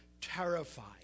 terrified